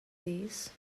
this